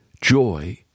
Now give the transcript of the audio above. joy